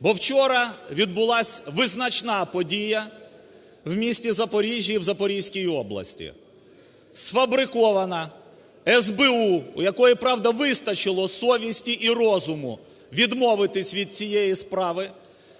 бо вчора відбулася визначна подія в місті Запоріжжі і Запорізькій області. Сфабрикована СБУ, у якої, правда, вистачило совісті і розуму відмовитися від цієї справи,